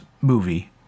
movie